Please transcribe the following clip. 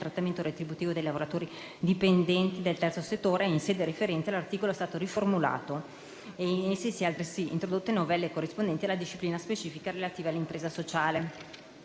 trattamento retributivo dei lavoratori dipendenti dagli enti del terzo settore. In sede referente l'articolo è stato riformulato e si sono altresì introdotte novelle corrispondenti nella disciplina specifica relativa alla impresa sociale.